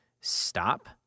stop